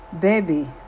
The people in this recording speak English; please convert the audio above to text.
Baby